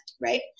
right